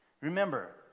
Remember